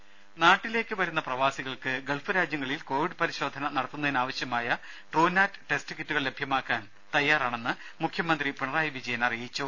രുമ നാട്ടിലേക്ക് വരുന്ന പ്രവാസികൾക്ക് ഗൾഫ് രാജ്യങ്ങളിൽ കോവിഡ് പരിശോധന നടത്തുന്നതിനാവശ്യമായ ട്രൂനാറ്റ് ടെസ്റ്റ് കിറ്റുകൾ ലഭ്യമാക്കാൻ തയ്യാറാണെന്ന് മുഖ്യമന്ത്രി പിണറായി വിജയൻ പറഞ്ഞു